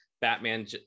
batman